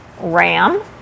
ram